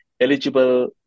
eligible